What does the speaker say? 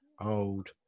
old